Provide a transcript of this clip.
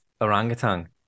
orangutan